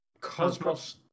Cosmos